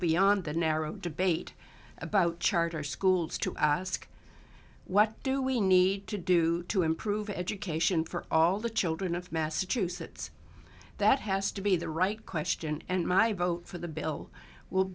beyond the narrow debate about charter schools to ask what do we need to do to improve education for all the children of massachusetts that has to be the right question and my vote for the bill will